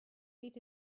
beat